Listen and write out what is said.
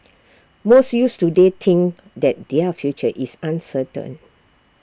most youths today think that their future is uncertain